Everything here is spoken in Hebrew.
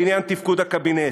בעניין תפקוד הקבינט.